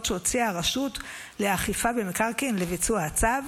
שהוציאה הרשות לאכיפה במקרקעין לביצוע הצו,